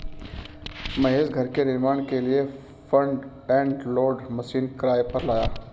महेश घर के निर्माण के लिए फ्रंट एंड लोडर मशीन किराए पर लाया